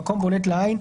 במקום בולט לעין,